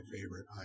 favorite